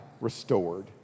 restored